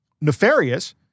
nefarious